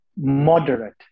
moderate